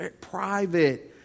private